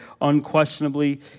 Unquestionably